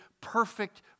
perfect